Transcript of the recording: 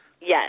yes